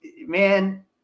man